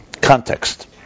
Context